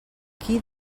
qui